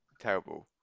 terrible